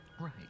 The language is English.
Right